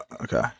Okay